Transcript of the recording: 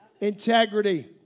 Integrity